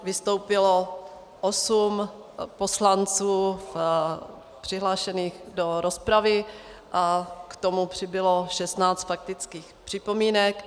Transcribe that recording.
Vystoupilo osm poslanců přihlášených do rozpravy a k tomu přibylo šestnáct faktických připomínek.